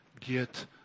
get